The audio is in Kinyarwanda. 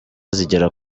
zigera